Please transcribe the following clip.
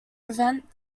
prevent